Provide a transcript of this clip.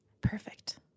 Perfect